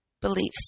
beliefs